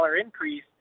increase